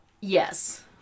yes